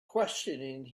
questioning